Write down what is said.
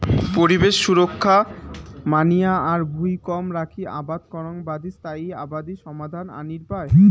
পরিবেশ সুরক্ষা মানিয়া আর ভুঁই কম রাখি আবাদ করাং বাদি স্থায়ী আবাদি সমাধান আনির পায়